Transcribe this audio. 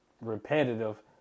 repetitive